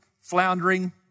floundering